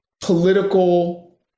political